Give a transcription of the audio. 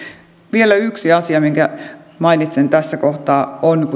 vielä yksi asia minkä mainitsen tässä kohtaa on